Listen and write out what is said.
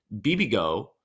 BBGO